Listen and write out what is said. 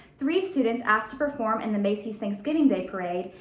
three students asked to perform in the macy's thanksgiving day parade,